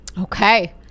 Okay